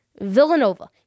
Villanova